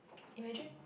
imagine